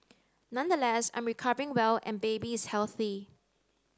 nonetheless I'm recovering well and baby is healthy